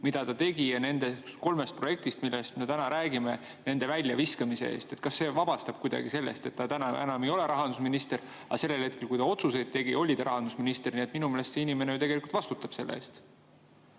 mida ta tegi, ja nende kolme projekti, millest me täna räägime, väljaviskamise eest? Kas see vabastab kuidagi sellest? Täna ta enam ei ole rahandusminister, aga sellel hetkel, kui ta otsuseid tegi, oli ta rahandusminister. Minu meelest see inimene ju tegelikult vastutab selle eest.